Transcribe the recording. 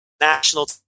national